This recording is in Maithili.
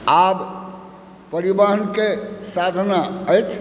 आब परिवहनके साधन अछि